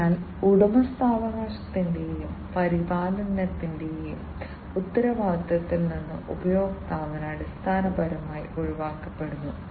അതിനാൽ ഉടമസ്ഥാവകാശത്തിന്റെയും പരിപാലനത്തിന്റെയും ഉത്തരവാദിത്തത്തിൽ നിന്ന് ഉപഭോക്താവ് അടിസ്ഥാനപരമായി ഒഴിവാക്കപ്പെടുന്നു